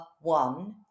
one